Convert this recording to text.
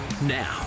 Now